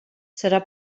serà